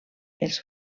els